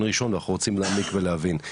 ראשון ואנחנו רוצים להעמיק ולהבין.